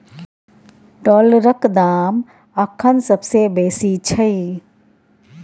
डॉलरक दाम अखन सबसे बेसी छै